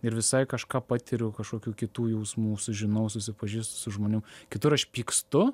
ir visai kažką patiriu kažkokių kitų jausmų sužinau susipažįstu su žmonėm kitur aš pykstu